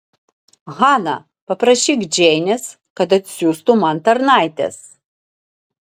hana paprašyk džeinės kad atsiųstų man tarnaites